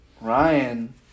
Ryan